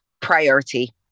priority